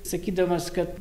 sakydamas kad